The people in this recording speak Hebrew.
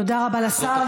תודה רבה לשר.